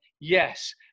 Yes